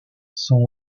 sont